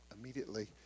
immediately